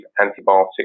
antibiotic